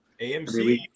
amc